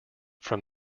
from